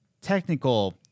technical